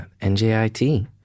NJIT